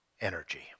energy